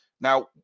Now